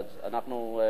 אז אנחנו,